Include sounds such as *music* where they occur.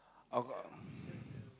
oh *breath*